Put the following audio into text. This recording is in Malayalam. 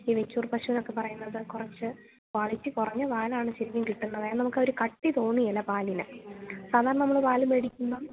ഈ വെച്ചൂർ പശുവെന്നൊക്കെ പറയുന്നത് കുറച്ച് ക്വാളിറ്റി കുറഞ്ഞ പാലാണ് ശരിക്കും കിട്ടുന്നത് നമുക്കാ ഒരു കട്ടി തോന്നുകയില്ല പാലിന് സാധാരണ നമ്മള് പാല് മേടിക്കുമ്പോള്